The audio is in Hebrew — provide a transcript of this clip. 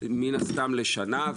מן הסתם לשנה.